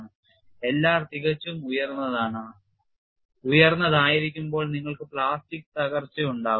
L r തികച്ചും ഉയർന്നത് ആയിരിക്കുമ്പോൾ നിങ്ങൾക്ക് പ്ലാസ്റ്റിക് തകർച്ച ഉണ്ടാകും